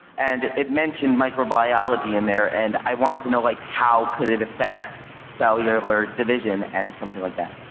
and it mentioned microbiology in there and i wanted to know like how could it affect cellular division and something like that.